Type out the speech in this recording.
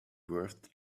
worth